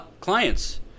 clients